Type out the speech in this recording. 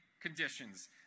conditions